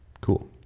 Cool